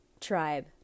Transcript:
Tribe